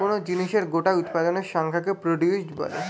কোন জিনিসের গোটা উৎপাদনের সংখ্যাকে প্রডিউস বলে